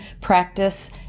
practice